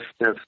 yes